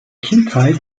kindheit